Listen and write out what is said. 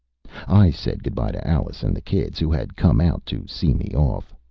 i said good-by to alice and the kids, who had come out to see me off.